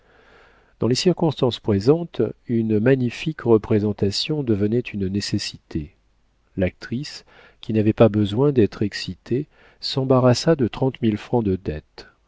dans les circonstances présentes une magnifique représentation devenait une nécessité l'actrice qui n'avait pas besoin d'être excitée s'embarrassa de trente mille francs de dettes